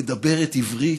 מדברת עברית,